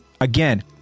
again